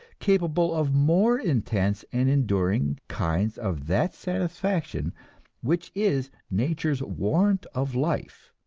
capable of more intense and enduring kinds of that satisfaction which is nature's warrant of life.